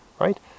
right